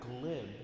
glib